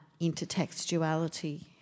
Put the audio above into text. intertextuality